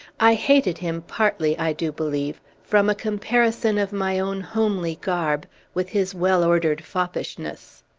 i hated him, partly, i do believe, from a comparison of my own homely garb with his well-ordered foppishness.